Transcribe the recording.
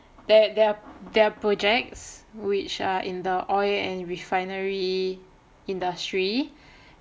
their their their projects which are in the oil and refinery industry